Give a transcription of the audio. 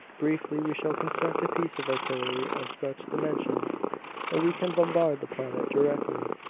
briefly we shall construct a piece of artillery of such dimensions that we can bombard the planet directly!